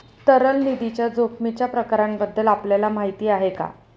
तरल निधीच्या जोखमीच्या प्रकारांबद्दल आपल्याला माहिती आहे का?